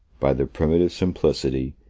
by their primitive simplicity,